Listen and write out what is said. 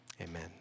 amen